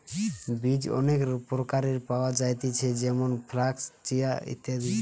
বীজ অনেক প্রকারের পাওয়া যায়তিছে যেমন ফ্লাক্স, চিয়া, ইত্যাদি